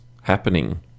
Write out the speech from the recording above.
happening